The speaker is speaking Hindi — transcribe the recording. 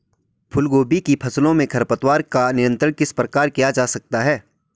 गोभी फूल की फसलों में खरपतवारों का नियंत्रण किस प्रकार किया जा सकता है?